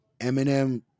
Eminem